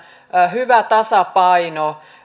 hyvä tasapaino